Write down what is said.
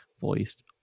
voiced